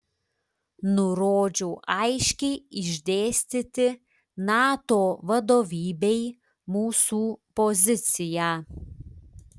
nurodžiau aiškiai išdėstyti nato vadovybei mūsų poziciją